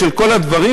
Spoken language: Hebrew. של כל הדברים?